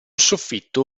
soffitto